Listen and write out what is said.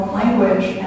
language